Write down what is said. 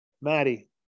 Maddie